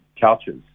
couches